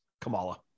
Kamala